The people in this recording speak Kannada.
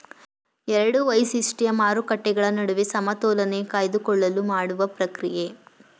ಎರಡು ವೈಶಿಷ್ಟ್ಯ ಮಾರುಕಟ್ಟೆಗಳ ನಡುವೆ ಸಮತೋಲನೆ ಕಾಯ್ದುಕೊಳ್ಳಲು ಮಾಡುವ ಪ್ರಕ್ರಿಯೆ